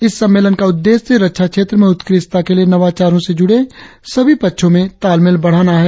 इस सम्मेलन का उद्देश्य रक्षा क्षेत्र में उत्कृष्टता के लिए नवाचारों से जुड़े सभी पक्षों में तालमेल बढ़ाना है